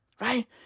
right